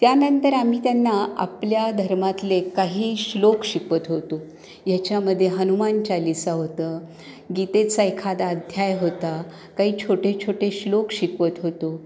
त्यानंतर आम्ही त्यांना आपल्या धर्मातले काही श्लोक शिकवत होतो ह्याच्यामदे हनुमान चालीसा होतं गीतेचा एखादा अध्याय होता काही छोटे छोटे श्लोक शिकवत होतो